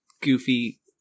goofy